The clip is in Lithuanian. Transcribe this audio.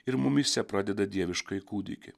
ir mumyse pradeda dieviškąjį kūdikį